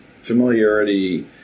familiarity